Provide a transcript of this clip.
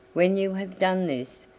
when you have done this,